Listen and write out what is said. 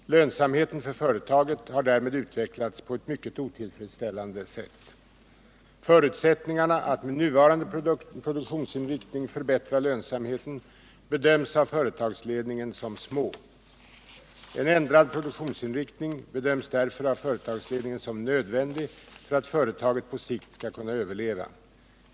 Lönsamheten för företaget har därmed utvecklats på ett mycket otillfredsställande sätt. Förutsättningarna att med nuvarande produktionsinriktning förbättra lönsamheten bedöms av företagsledningen som små. En ändrad produktionsinriktning bedöms därför av företagsledningen som nödvändig för att företaget på sikt skall kunna överleva.